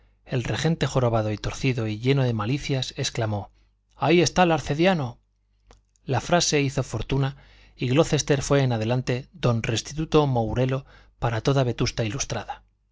el regente jorobado y torcido y lleno de malicias exclamó ahí está el arcediano la frase hizo fortuna y glocester fue en adelante don restituto mourelo para toda vetusta ilustrada